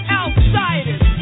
outsiders